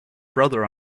brother